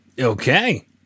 Okay